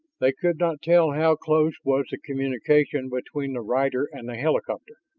they could not tell how close was the communication between the rider and the helicopter.